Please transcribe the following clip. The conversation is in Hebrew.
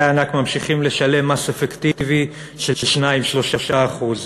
הענק ממשיכים לשלם מס אפקטיבי של 2% 3%